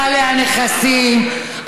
בעלי הנכסים,